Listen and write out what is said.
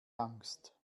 angst